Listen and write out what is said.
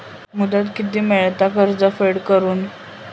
मुदत किती मेळता कर्ज फेड करून?